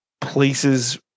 places